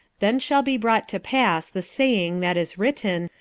then shall be brought to pass the saying that is written,